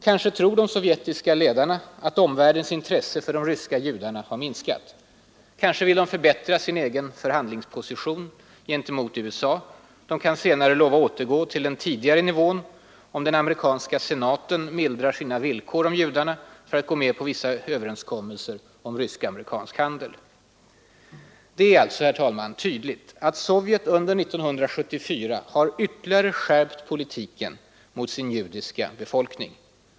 Kanske tror de sovjetiska ledarna att omvärldens intresse för de ryska judarna har minskat. Kanske vill de förbättra sin egen förhandlingsposition gentemot USA — de kan senare lova återgå till den tidigare nivån, om den amerikanska senaten mildrar sina villkor om judarna för att gå med på vissa överenskommelser om rysk-amerikansk handel. Det är alltså tydligt att Sovjet under 1974 har ytterligare skärpt politiken mot sin judiska befolkning.